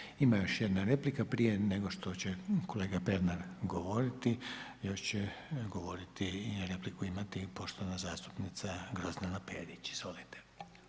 Izvolite. … [[Upadica sa strane, ne razumije se.]] Ima još jedna replika prije nego što će kolega Pernar govoriti, još će govoriti i repliku imati poštovana zastupnica Grozdana Perić, izvolite.